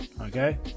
Okay